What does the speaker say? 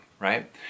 right